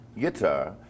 guitar